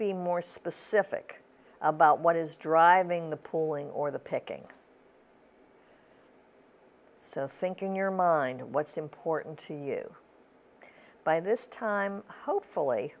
be more specific about what is driving the pulling or the picking so thinking in your mind what's important to you by this time hopefully